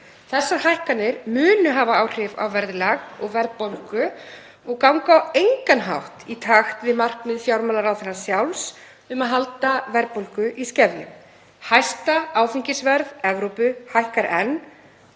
Þessar hækkanir munu hafa áhrif á verðlag og verðbólgu og ganga á engan hátt í takti við markmið fjármálaráðherra sjálfs um að halda verðbólgu í skefjum. Hæsta áfengisverð Evrópu hækkar enn